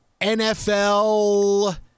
NFL